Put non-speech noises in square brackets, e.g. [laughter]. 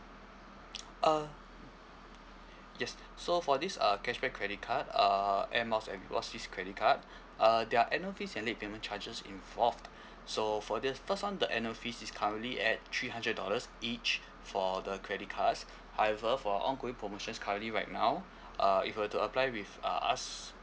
uh yes so for this uh cashback credit card uh air miles and rewards credit card [breath] uh there are annual fees and late payment charges involved [breath] so for this first one the annual fees is currently at three hundred dollars each for the credit cards [breath] however for ongoing promotions currently right now [breath] uh if were to apply with uh us